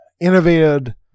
innovated